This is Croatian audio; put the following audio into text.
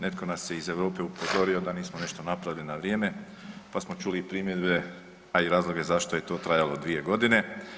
Netko nas je iz Europe upozorio da nismo nešto napravili na vrijeme, pa smo čuli i primjedbe a i razloge zašto je to trajalo dvije godine.